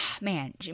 man